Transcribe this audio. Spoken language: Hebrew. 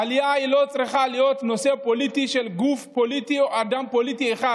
העלייה לא צריכה להיות נושא פוליטי של גוף פוליטי או אדם פוליטי אחד,